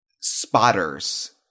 spotters